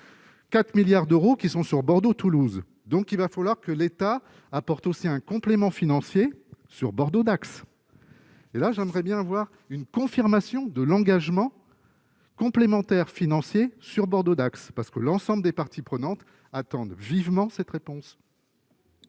4 milliards d'euros qui sont sur Bordeaux, Toulouse, donc il va falloir que l'État apporte aussi un complément financier sur Bordeaux-Dax et là j'aimerais bien avoir une confirmation de l'engagement complémentaire financier sur Bordeaux-Dax parce que l'ensemble des parties prenantes attendent vivement cette réponse.